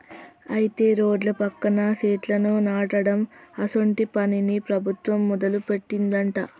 అయితే రోడ్ల పక్కన సెట్లను నాటడం అసోంటి పనిని ప్రభుత్వం మొదలుపెట్టిందట